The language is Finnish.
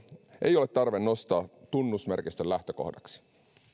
ei ole tarve nostaa tunnusmerkistön lähtökohdaksi